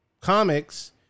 Comics